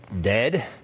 dead